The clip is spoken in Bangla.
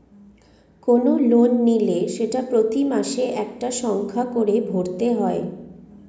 কোনো লোন নিলে সেটা প্রতি মাসে একটা সংখ্যা করে ভরতে হয়